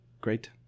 great